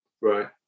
Right